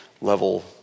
level